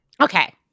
okay